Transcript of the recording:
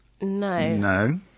No